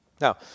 Now